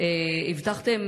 הבטחתם,